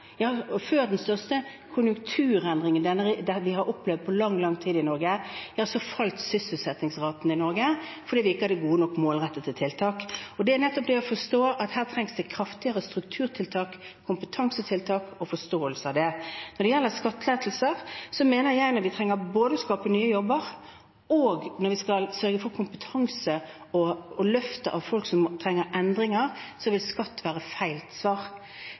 før den største konjunkturendringen vi har opplevd på lang, lang tid i Norge, falt sysselsettingsraten i Norge fordi vi ikke hadde gode nok målrettede tiltak. Det gjelder å forstå at her trengs det kraftigere strukturtiltak, kompetansetiltak – og forståelse for det. Når det gjelder skattelettelser, mener jeg at når vi trenger både å skape nye jobber og å sørge for kompetanse og løft for folk som trenger endringer, vil skatt være feil svar.